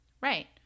right